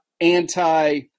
anti